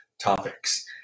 topics